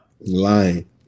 Lying